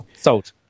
sold